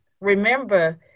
remember